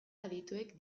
adituek